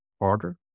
harder